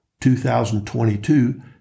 2022